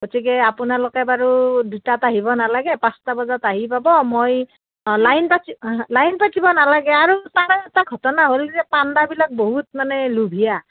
গতিকে আপোনালোকে বাৰু দুটাত আহিব নালাগে পাঁচটা বজাত আহি পাব মই লাইন পাতিব লাইন পাতিব নালাগে আৰু তাৰে এটা ঘটনা হ'ল যে পাণ্ডাবিলাক বহুত মানে লুভীয়া